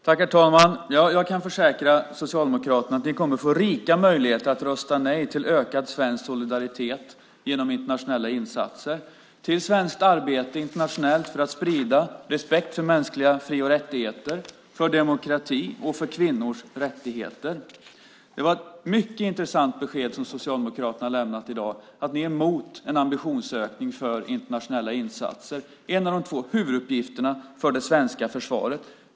Herr talman! Jag kan försäkra Socialdemokraterna att ni kommer att få rika möjligheter att rösta nej till ökad svensk solidaritet genom internationella insatser, till svenskt arbete internationellt för att sprida respekt för mänskliga fri och rättigheter, för demokrati och för kvinnors rättigheter. Det var ett mycket intressant besked som Socialdemokraterna lämnade i dag, nämligen att ni är emot en ambitionsökning för internationella insatser - en av de två huvuduppgifterna för det svenska försvaret.